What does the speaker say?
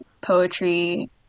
poetry